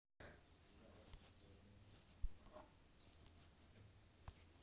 डाकघर में बैंक खाता के संचालन करना बहुत आसान हइ